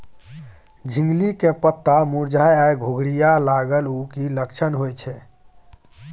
झिंगली के पत्ता मुरझाय आ घुघरीया लागल उ कि लक्षण होय छै?